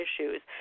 issues